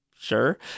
sure